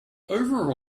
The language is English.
over